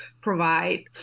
provide